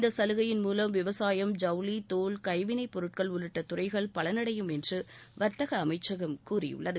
இந்த சலுகையின் மூவம் விவசாயம் ஜவுளி தோல் கைவினைப் பொருட்கள் உள்ளிட்ட துறைகள் பலனடையும் என்று வர்த்தக அமைச்சகம் கூறியுள்ளது